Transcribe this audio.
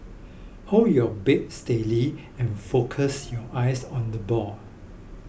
hold your bat steady and focus your eyes on the ball